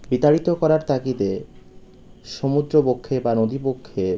বিতাড়িত করার তাগিদে সমুদ্রবক্ষে বা নদীবক্ষে